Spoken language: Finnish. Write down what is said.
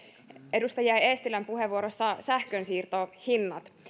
edustaja eestilän puheenvuorossa esille sähkönsiirtohinnat